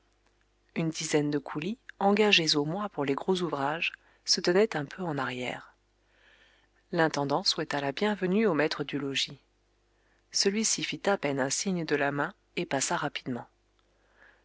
une dizaine de coolies engagés au mois pour les gros ouvrages se tenaient un peu en arrière l'intendant souhaita la bienvenue au maître du logis celui-ci fit à peine un signe de la main et passa rapidement